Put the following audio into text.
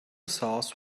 sauce